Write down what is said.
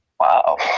Wow